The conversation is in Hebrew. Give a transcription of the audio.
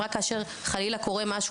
רק כאשר חלילה קורה משהו,